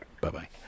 Bye-bye